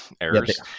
errors